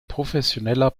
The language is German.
professioneller